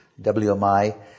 WMI